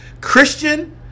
Christian